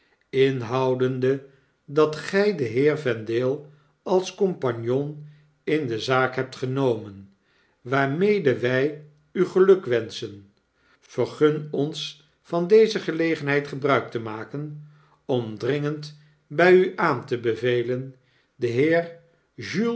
inhoudende dat gi den heer vendale als compagnon in de zaak hebt genomen waarmede wy u gelukwenschen vergun ons van deze gelegenheid gebruik te maken om dringend by n aan te bevelen den heer